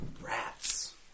rats